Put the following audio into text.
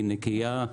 היא נקייה,